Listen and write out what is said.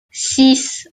six